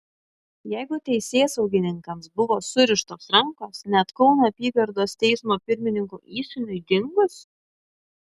jeigu teisėsaugininkams buvo surištos rankos net kauno apygardos teismo pirmininko įsūniui dingus